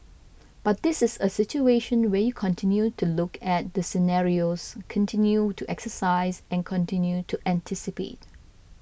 but this is a situation where you continue to look at the scenarios continue to exercise and continue to anticipate